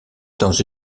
dans